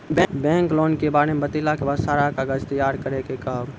Bank loan के बारे मे बतेला के बाद सारा कागज तैयार करे के कहब?